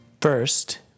First